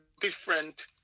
different